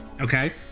Okay